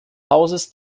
hauses